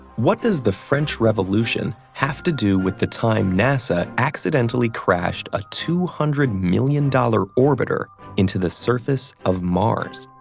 what does the french revolution have to do with the time nasa accidentally crashed a two hundred million dollars orbiter into the surface of mars?